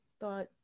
thought